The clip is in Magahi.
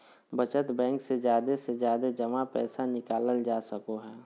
बचत बैंक से जादे से जादे जमा पैसा निकालल जा सको हय